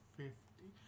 fifty